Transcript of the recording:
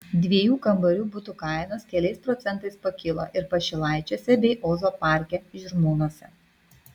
dviejų kambarių butų kainos keliais procentais pakilo ir pašilaičiuose bei ozo parke žirmūnuose